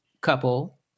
couple